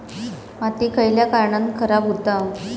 माती खयल्या कारणान खराब हुता?